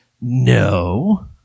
No